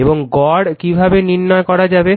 এবং গড় কিভাবে নির্ণয় করা যাবে